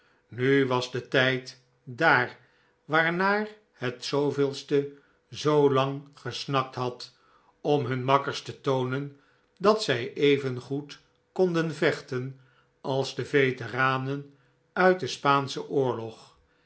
nu was de tijd daar waarnaar het ste zoo lang gesnakt had om hun makkers te toonen dat zij even goed konden vechten als de veteranen uit den spaanschen oorlog